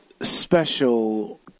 Special